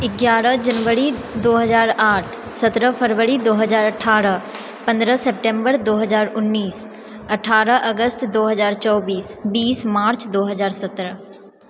एगारह जनवरी दो हजार आठ सत्रह फरबरी दो हजार अठारह पन्द्रह सितम्बर दो हजार उन्नैस अठारह अगस्त दो हजार चौबीस बीस मार्च दो हजार सत्रह